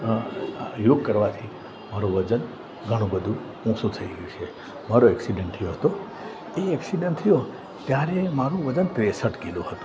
યોગ કરવાથી મારો વચન ઘણું બધું ઓછું થઈ ગયું છે મારો એક્સિડન્ટ થયો હતો એ એક્સિડન્ટ થયો ત્યારે મારું વજન ત્રેસઠ કિલો હતું